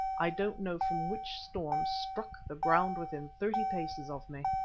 i don't know from which storm, struck the ground within thirty paces of me.